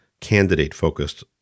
candidate-focused